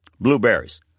Blueberries